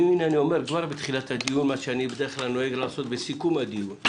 אני אומר כבר בתחילת הדיון מה שאני בדרך כלל נוהג לעשות בסיכום הדיון: